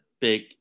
big